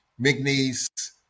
McNeese